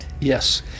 Yes